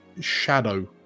shadow